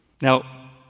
Now